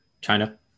china